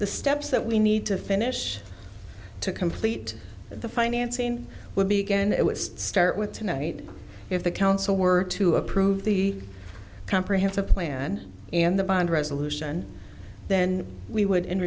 the steps that we need to finish to complete the financing would be again it would start with tonight if the council were to approve the comprehensive plan and the bond resolution then we would in